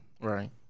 Right